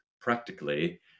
practically